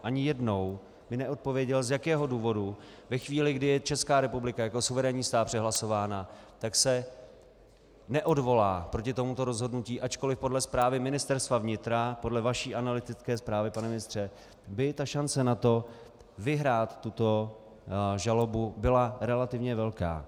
Ani jednou mi neodpověděl, z jakého důvodu ve chvíli, kdy je ČR jako suverénní stát přehlasována, se neodvolá proti tomuto rozhodnutí, ačkoliv podle zprávy Ministerstva vnitra, podle vaší analytické zprávy, pane ministře, by šance na to vyhrát tuto žalobu byla relativně velká.